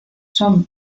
son